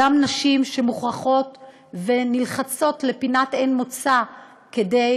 גם נשים שמוכרחות והן נלחצות לפינת אין מוצא כדי